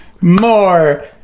More